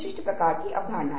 ईंट से सिर